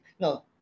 no